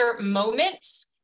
moments